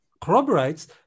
corroborates